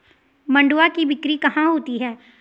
मंडुआ की बिक्री कहाँ होती है?